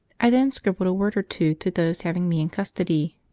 i then scribbled a word or two to those having me in custody.